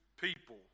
people